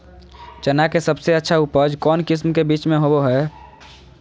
चना के सबसे अच्छा उपज कौन किस्म के बीच में होबो हय?